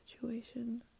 situation